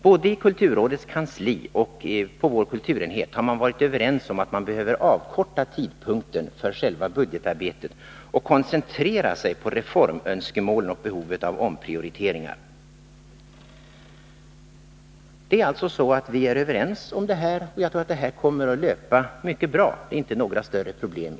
Både i kulturrådets kansli och inom vår kulturenhet har man varit överens om att man behöver avkorta tiden för själva budgetarbetet och koncentrera sig på reformönskemålen och behovet av omprioriteringar. Det är alltså så att vi är överens om det här, och jag tror att det kommer att löpa bra — det är inte några större problem.